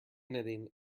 knitting